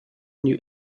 gnü